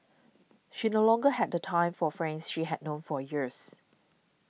she no longer had the time for friends she had known for years